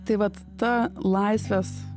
tai vat ta laisvės